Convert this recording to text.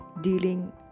dealing